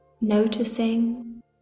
Noticing